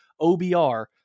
OBR